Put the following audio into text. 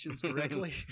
correctly